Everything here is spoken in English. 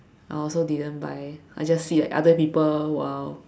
I also didn't buy I just see like other people !wow!